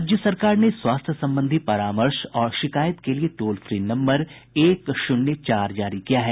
राज्य सरकार ने स्वास्थ्य संबंधी परामर्श और शिकायत के लिये टोल फ्री नम्बर एक शून्य चार जारी किया है